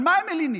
על מה הם מלינים?